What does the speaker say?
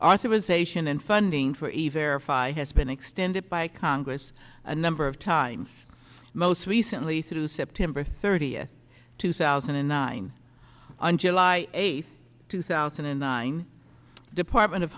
our civilization and funding for a verify has been extended by congress a number of times most recently through september thirtieth two thousand and nine on july eighth two thousand and nine the department of